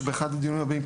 באחד הדיונים הבאים,